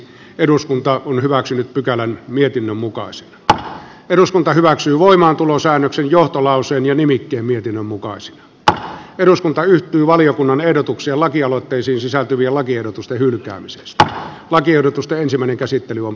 eduskunta on hyväksynyt pykälän mietinnön mukaan se että eduskunta hyväksyy voimaantulosäännöksen johtolauselmia nimikkeen mietinnön mukaan se että eduskunta yhtyi valiokunnan ehdotuksia lakialoitteisiin sisältyviä lakiehdotusten hylkäämisestä lakiehdotusta ensimmäinen käsittely on